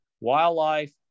wildlife